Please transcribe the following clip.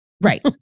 Right